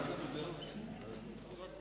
לדיון מוקדם בוועדת החוקה,